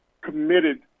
committed